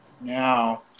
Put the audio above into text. Now